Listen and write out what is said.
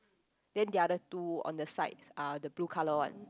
then the other two on the sides are the blue colour one